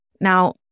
Now